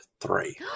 three